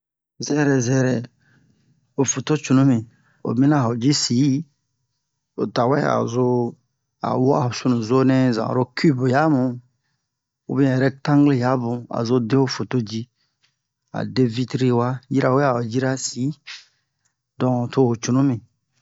Zɛrɛ zɛrɛ ho foto cunu mi oyi mina a ho ji si o tawɛ a'o zo a wa'a sunuzo nɛ zan oro kube yamu ubiɛn rɛktangli yamu a zo de ho foto ji a de vitri wa yirawe a ho jira si don to ho cunu